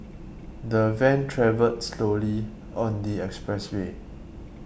the van travelled slowly on the expressway